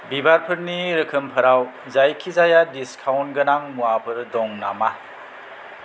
बिबारफोरनि रोखोमफोराव जायखिजाया डिसकाउन्ट गोनां मुवाफोर दं नामा